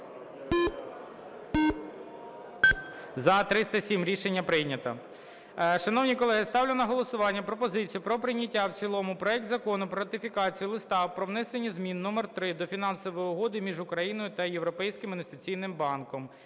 За-307 Рішення прийнято. Шановні колеги, ставлю на голосування пропозицію про прийняття в цілому проект Закону про ратифікацію Листа про внесення змін № 3 до Фінансової угоди між Україною та Європейським інвестиційним банком